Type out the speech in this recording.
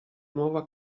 nuova